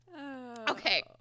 okay